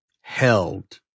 held